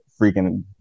freaking